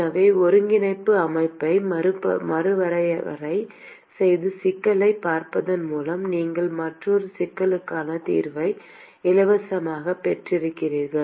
எனவே ஒருங்கிணைப்பு அமைப்பை மறுவரையறை செய்து சிக்கலைப் பார்ப்பதன் மூலம் நீங்கள் மற்றொரு சிக்கலுக்கான தீர்வை இலவசமாகப் பெற்றீர்கள்